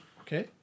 Okay